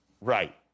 Right